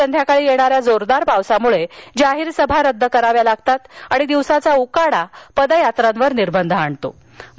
संध्याकाळी येणाऱ्या जोरदार पावसामुळं जाहीर सभा रद्दच कराव्या लागत आहेत तर दिवसाचा उकाडा पदयात्रांवर निर्बंध आणू पाहत आहे